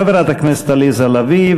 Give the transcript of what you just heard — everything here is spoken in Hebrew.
חברת הכנסת עליזה לביא,